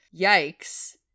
yikes